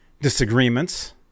disagreements